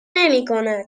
نمیکند